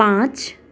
पाँच